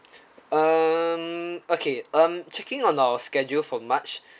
um okay um checking on our scheduled for march